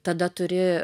tada turi